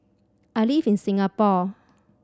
I live in Singapore